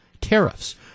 tariffs